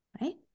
right